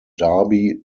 darby